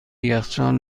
یخچال